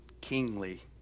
kingly